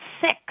six